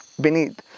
beneath